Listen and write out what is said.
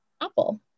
Apple